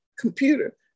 Computer